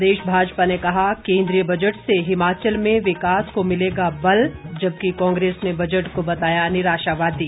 प्रदेश भाजपा ने कहा केन्द्रीय बजट से हिमाचल में विकास को मिलेगा बल जबकि कांग्रेस ने बजट को बताया निराशावादी